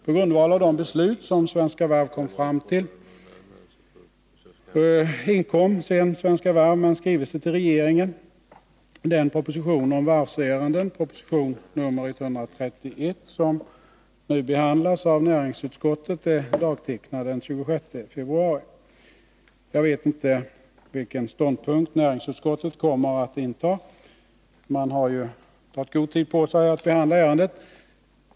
På grundval av de beslut som Svenska Varv kom fram till avlämnade man sedan en skrivelse till regeringen. Den proposition om varvsärenden, proposition nr 131, som nu är föremål för behandling i näringsutskottet är dagtecknad den 26 februari. Jag vet inte vilken ståndpunkt näringsutskottet kommer att inta. Man har ju tagit god tid på sig för att behandla ärendet.